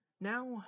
Now